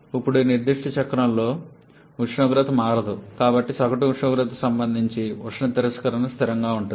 ఇప్పుడు ఈ నిర్దిష్ట చక్రంలో ఉష్ణోగ్రత మారదు కాబట్టి సగటు ఉష్ణోగ్రత సంబంధిత ఉష్ణ తిరస్కరణ స్థిరంగా ఉంటుంది